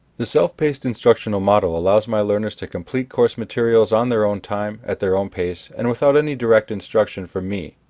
the self-paced instructional model allows my learners to complete course materials on their own time, at their own pace and without any direct instruction from me.